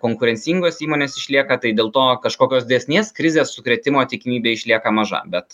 konkurencingos įmonės išlieka tai dėl to kažkokios didesnės krizės sukrėtimo tikimybė išlieka maža bet